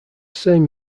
same